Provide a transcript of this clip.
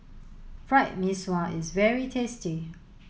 Fried Mee Sua is very tasty